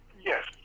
Yes